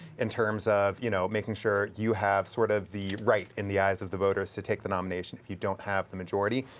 in terms of you know making sure you have sort of the right in the eyes of the voters to take the nomination. if you don't have the majority.